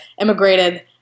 immigrated